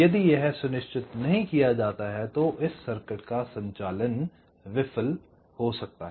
यदि यह सुनिश्चित नहीं किया जाता है तो इस सर्किट का संचालन विफल हो सकता है